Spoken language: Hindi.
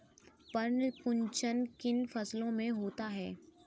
पर्ण कुंचन किन फसलों में होता है?